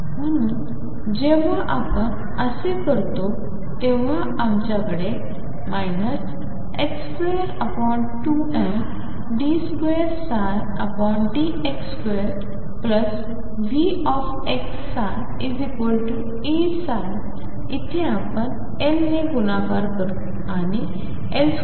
म्हणून जेव्हा आपण असे करतो तेव्हा आमच्याकडे 22md2dx2VxψEψ इथे आपण L ने गुणाकार करू आणि L2